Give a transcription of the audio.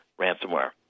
ransomware